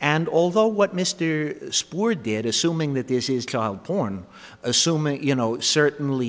and although what mr spore did assuming that this is child porn assuming you know certainly